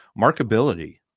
markability